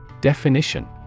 Definition